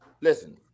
Listen